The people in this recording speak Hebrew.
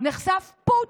נחשף פוטש,